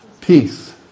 Peace